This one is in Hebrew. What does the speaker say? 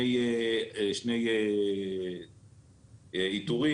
בשני איתורים.